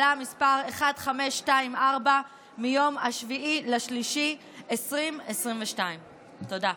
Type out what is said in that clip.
מ/1524, מיום 7 במרץ 2022. תודה.